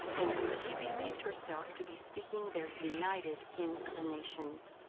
in which she believed herself to be speaking their united inclinations.